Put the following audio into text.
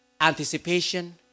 anticipation